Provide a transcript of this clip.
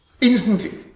instantly